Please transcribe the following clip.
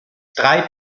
drei